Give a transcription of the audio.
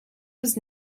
was